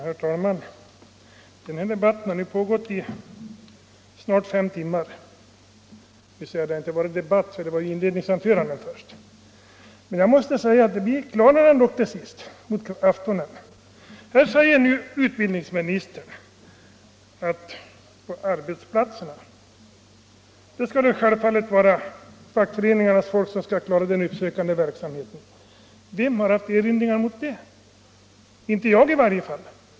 Herr talman! Den här debatten har nu pågått i snart fem timmar; Det klarnar ändå till sist, mot aftonen, sägs det. Utbildningsministern säger att fackföreningarnas folk självfallet skall klara den uppsökande verksamheten på arbetsplatserna. Vem har haft något att erinra mot det? Inte jag i varje fall.